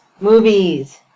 Movies